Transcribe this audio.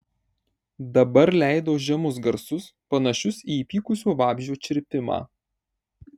dabar leido žemus garsus panašius į įpykusio vabzdžio čirpimą